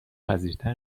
پذیرتر